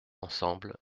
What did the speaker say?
ensemble